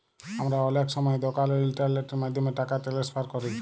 আমরা অলেক সময় দকালের ইলটারলেটের মাধ্যমে টাকা টেনেসফার ক্যরি